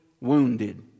wounded